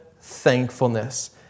thankfulness